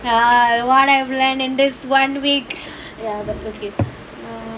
what I have learned in this one week ya it's okay